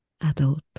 adult